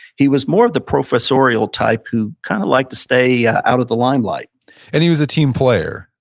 he was more of the professorial type who kind of liked to stay ah out of the limelight and he was a team player.